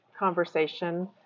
conversation